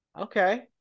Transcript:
Okay